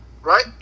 right